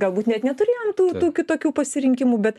galbūt net neturėjom tų tų kitokių pasirinkimų bet